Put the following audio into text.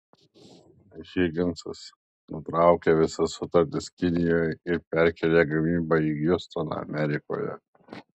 higinsas nutraukė visas sutartis kinijoje ir perkėlė gamybą į hjustoną amerikoje